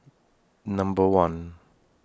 Number one